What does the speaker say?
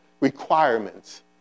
requirements